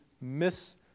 miss